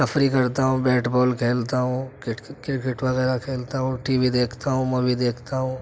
تفریح کرتا ہوں بیٹ بال کھیلتا ہوں کرکٹ وغیرہ کھیلتا ہوں ٹی وی دیکھتا ہوں موبائل دیکھتا ہوں